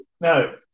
No